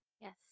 Yes